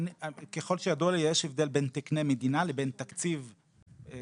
ככל שידוע לי יש הבדל בין תקני מדינה לבין תקציב כזה